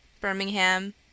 Birmingham